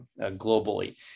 globally